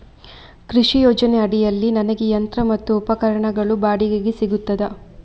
ಕೃಷಿ ಯೋಜನೆ ಅಡಿಯಲ್ಲಿ ನನಗೆ ಯಂತ್ರ ಮತ್ತು ಉಪಕರಣಗಳು ಬಾಡಿಗೆಗೆ ಸಿಗುತ್ತದಾ?